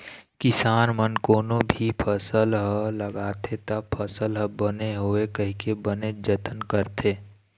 किसान मन कोनो भी फसल ह लगाथे त फसल ह बने होवय कहिके बनेच जतन करथे